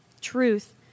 truth